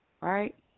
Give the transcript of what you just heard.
right